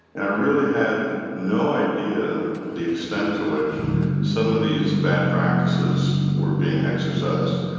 and i really had no idea the extent to which some of these bad practices were being exercised.